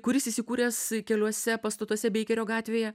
kuris įsikūręs keliuose pastatuose beikerio gatvėje